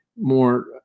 more